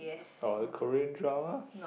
or Korean dramas